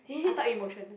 I thought emotional